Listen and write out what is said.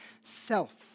self